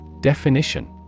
Definition